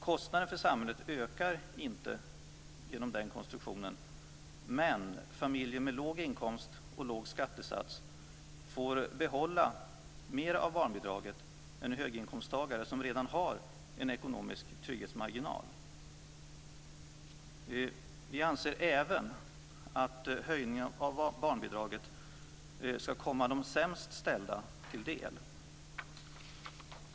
Kostnaden för samhället ökar inte genom en sådan konstruktion men familjer med låga inkomster och låga skattesatser får behålla mer av barnbidraget jämfört med höginkomsttagare, som ju redan har en ekonomisk trygghetsmarginal. Vi anser även att höjningen av barnbidraget skall komma de sämst ställda till del.